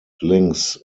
links